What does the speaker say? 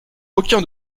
aucun